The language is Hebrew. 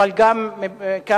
אבל גם כמוסלמי,